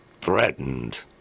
threatened